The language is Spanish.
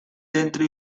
dentro